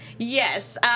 Yes